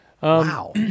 Wow